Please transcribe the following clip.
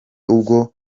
ubwo